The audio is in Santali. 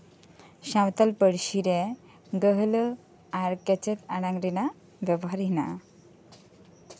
ᱥᱟᱱᱛᱟᱞᱤ ᱯᱟᱹᱨᱥᱤ ᱨᱮ ᱜᱟᱹᱞᱦᱟᱹ ᱟᱨ ᱠᱮᱪᱮᱫ ᱟᱲᱟᱝ ᱨᱮᱱᱟᱜ ᱵᱮᱵᱚᱦᱟᱨ ᱮᱱᱟᱜᱼᱟ